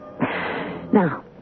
Now